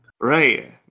Right